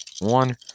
One